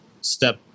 step